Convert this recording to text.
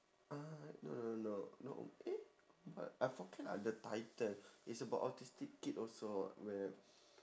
ah no no no no eh but I forget lah the title is about autistic kid also where